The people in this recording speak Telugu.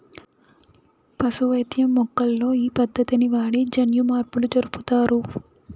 పశు వైద్యం మొక్కల్లో ఈ పద్దతిని వాడి జన్యుమార్పులు జరుపుతారు